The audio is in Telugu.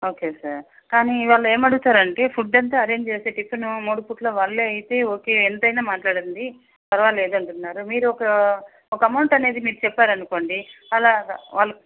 ఓకే సార్ కానీ వాళ్ళు ఏమడుగుతారంటే ఫుడ్ అంతా అరేంజ్ చేసి టిఫిన్ మూడు పూటలా వాళ్ళే అయితే ఓకే ఎంతయినా మాట్లాడండి పరవాలేదు అంటున్నారు మీరు ఒక ఒక అమౌంట్ అనేది మీరు చెప్పారనుకోండి అలాగా వాళ్ళ